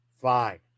fine